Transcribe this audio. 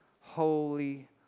Holy